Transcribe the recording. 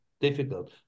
difficult